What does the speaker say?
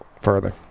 further